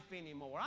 anymore